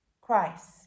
Christ